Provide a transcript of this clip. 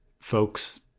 folks